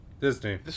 Disney